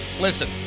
listen